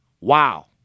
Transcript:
Wow